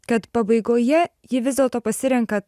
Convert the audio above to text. kad pabaigoje ji vis dėlto pasirenka